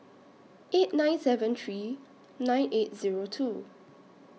eight nine seven three nine eight Zero two